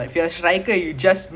ya actually ah